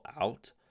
out